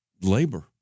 labor